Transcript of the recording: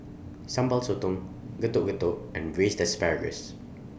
Sambal Sotong Getuk Getuk and Braised Asparagus